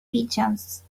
pigeons